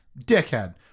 Dickhead